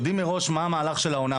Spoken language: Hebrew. יודעים מראש מה המהלך של העונה,